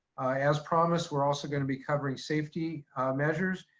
as promised, we're also gonna be covering safety measures.